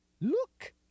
Look